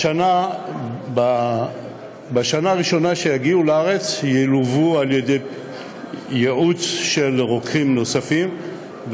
בשנה הראשונה לאחר שיגיעו לארץ ילוו בייעוץ של רוקחים נוספים,